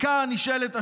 כאן נשאלת השאלה: